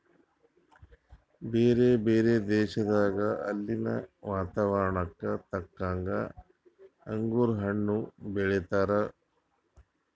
ಬ್ಯಾರೆ ಬ್ಯಾರೆ ಪ್ರದೇಶದಾಗ ಅಲ್ಲಿನ್ ವಾತಾವರಣಕ್ಕ ತಕ್ಕಂಗ್ ಅಂಗುರ್ ಹಣ್ಣ್ ಬೆಳೀತಾರ್